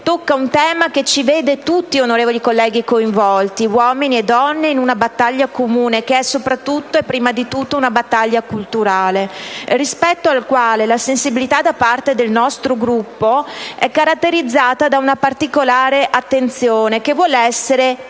tocca un tema che ci vede tutti coinvolti, onorevoli colleghi, uomini e donne, in una battaglia comune che è soprattutto e prima di tutto una battaglia culturale rispetto alla quale la sensibilità del nostro Gruppo è caratterizzata da una particolare attenzione che vuole essere